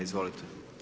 Izvolite.